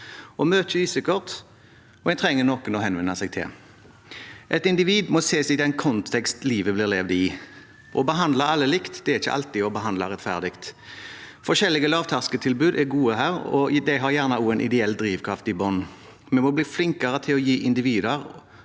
Mye er usikkert, og en trenger noen å henvende seg til. Et individ må ses i den kontekst livet blir levd i. Å behandle alle likt er ikke alltid å behandle rettferdig. Forskjellige lavterskeltilbud er gode her, og de har gjerne også en ideell drivkraft i bunnen. Vi må bli flinkere til å gi individer